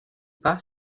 pas